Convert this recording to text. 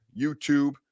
YouTube